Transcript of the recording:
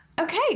okay